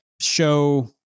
show